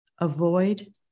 avoid